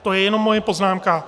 To je jenom moje poznámka.